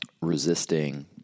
resisting